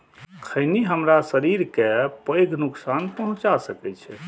खैनी हमरा शरीर कें पैघ नुकसान पहुंचा सकै छै